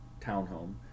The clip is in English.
townhome